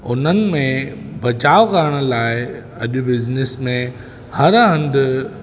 उन्हनि में बचाव करण लाइ अॼु बिज़नेस में हर हंधि